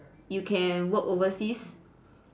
you can work overseas